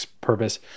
purpose